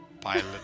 pilot